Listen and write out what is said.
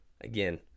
Again